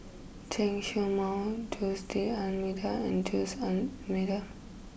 Chen show Mao Jose D'Almeida and Jose D'Almeida